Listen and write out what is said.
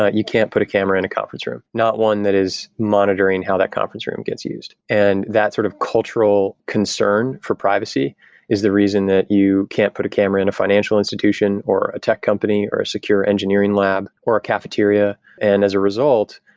you can't put a camera in a conference room. not one that is monitoring how that conference room gets used, and that sort of cultural concern for privacy is the reason that you can't put a camera in a financial institution, or a tech company, or a secure engineering lab, or a cafeteria. and as a result,